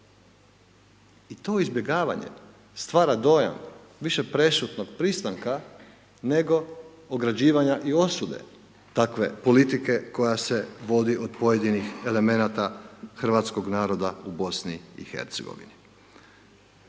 I to izbjegavanje stvara dojam više prešutnog pristanka, nego ograđivanja i osude takve politike koja se vodi od pojedinih elemenata hrvatskog naroda u Bosni i Hercegovini.